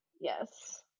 Yes